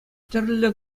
тӗрлӗ